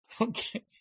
okay